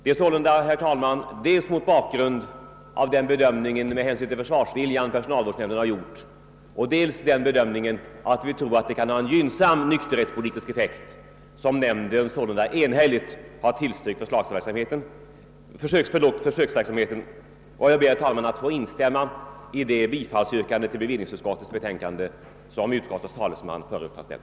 Det är sålunda, herr talman, dels mot bakgrund av den bedömning med hänsyn till försvarsviljan som personalvårdsnämnden har gjort, dels mot bakgrund av att vi tror att förslaget kan ha en gynnsam nykterhetspolitisk effekt som nämnden enhälligt tillstyrkt en försöksverksamhet. Jag ber, herr talman, att få instämma i det bifallsyrkande beträffande bevillningsutskottets hemställan som utskottets talesman förut har ställt.